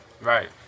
Right